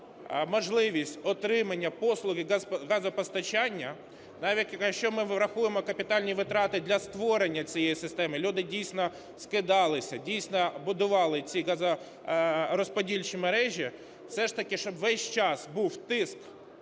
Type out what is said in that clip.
можливість отримання послуги газопостачання, якщо ми рахуємо капітальні витрати для створення цієї системи, люди дійсно скидалися, дійсно будували ці газорозподільчі мережі. Все ж таки, щоб весь час був тиск